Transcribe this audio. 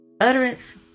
Utterance